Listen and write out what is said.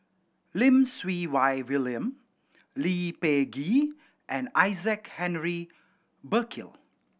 Lim Siew Wai William Lee Peh Gee and Isaac Henry Burkill